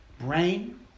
brain